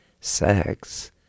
sex